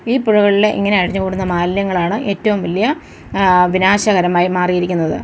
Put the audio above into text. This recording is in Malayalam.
ഈ പുഴകളിലെ ഇങ്ങനെ അടിഞ്ഞ് കൂടുന്ന മാലിന്യങ്ങളാണ് ഏറ്റവും വലിയ വിനാശകരമായി മാറിയിരിക്കുന്നത്